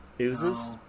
oozes